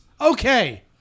Okay